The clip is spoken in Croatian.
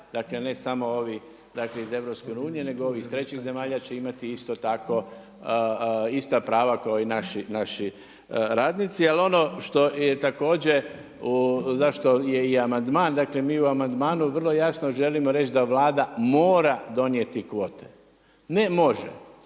zemalja, ne samo ovi iz EU, nego ovi iz trećih zemalja će imati isto tako, ista prava kao i naši radnici, ali ono što je također, zašto je i amandman. Mi u amandmanu vrlo jasno želimo reći da Vlada mora donijeti kvote, ne može,